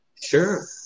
sure